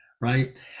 right